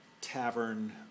tavern